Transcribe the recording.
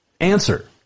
answer